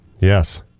Yes